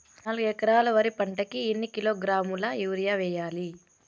నాలుగు ఎకరాలు వరి పంటకి ఎన్ని కిలోగ్రాముల యూరియ వేయాలి?